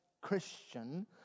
Christian